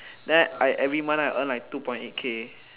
then I every month I earn like two point eight K